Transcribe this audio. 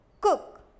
cook